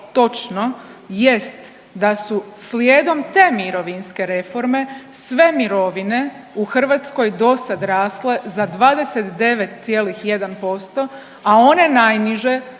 točno jest da su slijedom te mirovinske reforme sve mirovine u Hrvatskoj do sad rasle za 29,1%, a one najniže